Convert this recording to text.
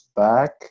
back